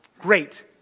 Great